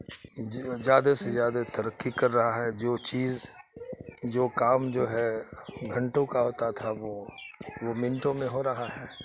جیو زیادہ سے زیادہ ترقی کر رہا ہے جو چیز جو کام جو ہے گھنٹوں کا ہوتا تھا وہ وہ منٹوں میں ہو رہا ہے